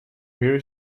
where